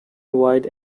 wide